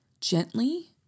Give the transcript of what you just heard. Gently